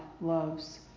loves